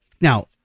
Now